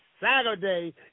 Saturday